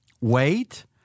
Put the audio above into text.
wait